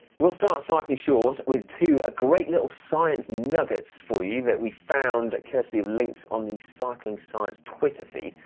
we'll start cycling shorts with two ah great little science nuggets for you, that we found courtesy of links on the cycling side's twitter feed.